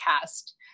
cast